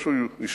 ישתרש.